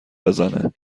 بزنه